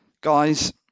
Guys